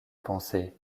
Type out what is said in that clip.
pensée